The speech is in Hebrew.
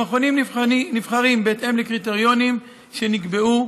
המכונים נבחנים בהתאם לקריטריונים שנקבעו.